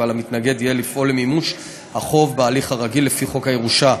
ועל המתנגד יהא לפעול למימוש החוב בהליך הרגיל לפי חוק הירושה.